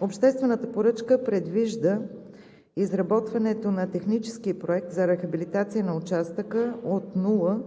Обществената поръчка предвижда изработването на технически проект за рехабилитация на участъкa от км 0+000